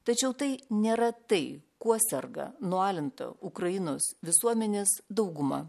tačiau tai nėra tai kuo serga nualinta ukrainos visuomenės dauguma